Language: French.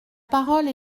parole